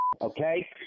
okay